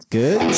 good